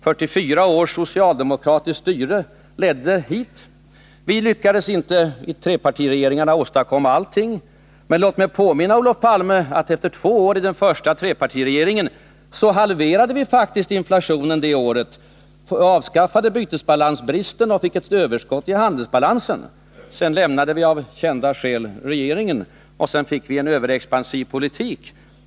44 års socialdemokratiskt styre ledde hit. Vi lyckades inte i trepartiregeringarna åstadkomma allting. Men låt mig påminna Olof Palme om att efter två år i den första trepartiregeringen halverade vi faktiskt inflationen, avskaffade bytesbalansbristen och fick ett överskott i handelsbalansen. Sedan lämnade vi moderater av kända skäl regeringen och det blev en överexpansiv politik.